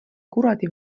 kuradi